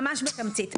ממש בתמצית.